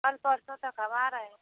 कल परसों तक हम आ रहे हें